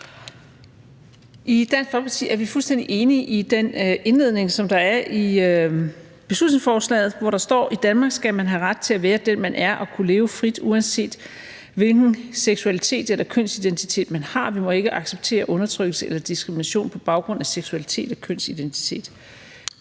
I Dansk Folkeparti er vi fuldstændig enige i den indledning, som der er i beslutningsforslaget, hvor der står: »I Danmark skal man have ret til at være den, man er, og kunne leve frit, uanset hvilken seksualitet eller kønsidentitet man har. Vi må ikke acceptere undertrykkelse eller diskrimination på baggrund af seksualitet og kønsidentitet.«